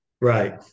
Right